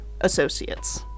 associates